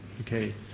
Okay